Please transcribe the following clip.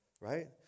Right